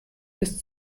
bis